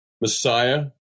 Messiah